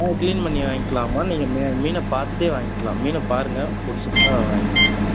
ஆ clean பண்ணி வாய்ங்கலாம்மா நீங்கள் மீ மீனை பார்த்துட்டே வாய்ங்கலாம் மீனை பாருங்கள் பிடிச்சிருந்தா வாய்ங்கோங்க